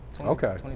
Okay